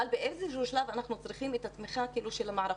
אבל באיזה שהוא שלב אנחנו צריכים את התמיכה של המערכות.